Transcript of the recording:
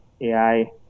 AI